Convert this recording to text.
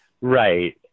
right